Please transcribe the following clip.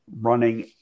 running